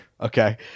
Okay